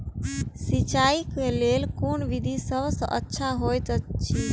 सिंचाई क लेल कोन विधि सबसँ अच्छा होयत अछि?